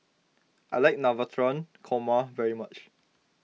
I like Navratan Korma very much